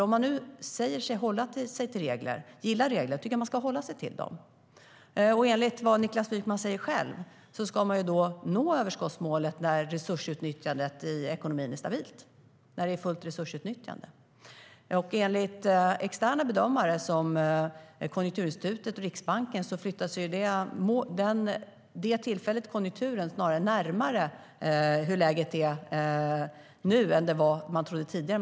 Om man nu säger sig gilla regler tycker jag att man ska hålla sig till dem. Enligt vad Niklas Wykman själv säger ska man nå överskottsmålet när resursutnyttjandet i ekonomin är stabilt, när det är fullt resursutnyttjande. Enligt externa bedömare som Konjunkturinstitutet och Riksbanken flyttas det tillfället i konjunkturen snarare närmare hur läget är nu än vad man trodde tidigare.